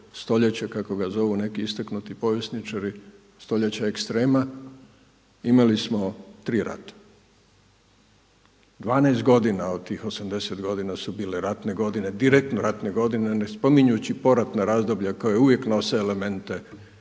stoljeća kako ga zovu neki istaknuti povjesničari, stoljeća ekstrema, imali smo tri rata. 12 godina od tih 80 godina su bile ratne godine, direktno ratne godine ne spominjući poratna razdoblja koja uvijek nose elemente